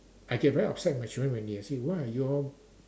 I get very upset with my children one day I say why are you all